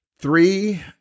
three